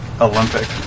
Olympic